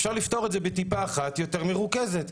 אפשר לפתור את זה בטיפה אחת יותר מרוכזת,